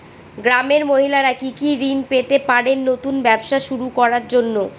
গ্রামের মহিলারা কি কি ঋণ পেতে পারেন নতুন ব্যবসা শুরু করার জন্য?